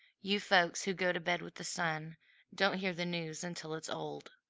you folks who go to bed with the sun don't hear the news until it's old.